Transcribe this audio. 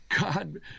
God